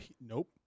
Nope